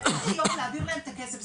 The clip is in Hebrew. איך להעביר להם את הכסף.